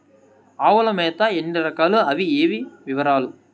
ఆవుల మేత ఎన్ని రకాలు? అవి ఏవి? వివరాలు?